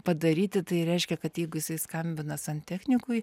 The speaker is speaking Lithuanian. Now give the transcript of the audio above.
padaryti tai reiškia kad jeigu jisai skambina santechnikui